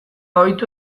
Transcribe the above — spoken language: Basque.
ohitu